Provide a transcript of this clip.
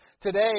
Today